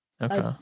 okay